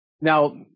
Now